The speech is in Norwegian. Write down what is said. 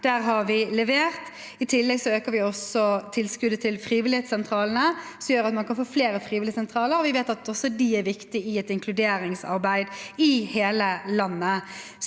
Der har vi levert. I tillegg øker vi tilskuddet til frivilligsentralene, som gjør at man kan få flere frivilligsentraler. Vi vet at også de er viktige i et inkluderingsarbeid, i hele landet.